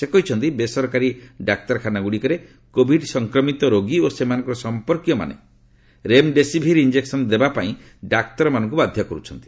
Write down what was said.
ସେ କହିଛନ୍ତି ବେସରକାରୀ ଡାକ୍ତରଖାନାଗୁଡିକରେ କୋଭିଡ୍ ସଂକ୍ରମିତ ରୋଗୀ ଓ ସେମାନଙ୍କର ସମ୍ପର୍କୀୟମାନେ ରେମ୍ ଡେସିଭିର୍ ଇଞ୍ଜେକସନ ଦେବା ପାଇଁ ଡାକ୍ତରମାନଙ୍କୁ ବାଧ୍ୟ କରୁଛନ୍ତି